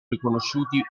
riconosciuti